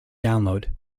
download